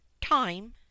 time